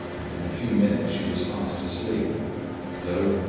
and in a few minutes she was fast asleep though,